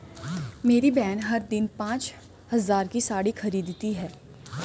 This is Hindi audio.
मेरी बहन हर दिन पांच हज़ार की साड़ी खरीदती है